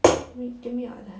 wait give me your other hand